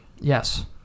Yes